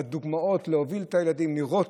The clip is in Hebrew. בדוגמאות, להוביל את הילדים, לראות,